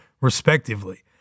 respectively